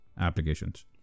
applications